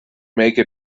make